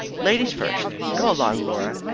ladies first! go along laura,